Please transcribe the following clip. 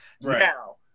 Now